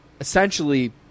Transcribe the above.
essentially